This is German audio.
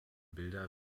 bilder